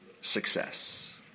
success